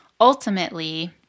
ultimately